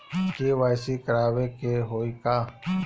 KYC करावे के होई का?